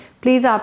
please